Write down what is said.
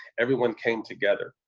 everyone came together,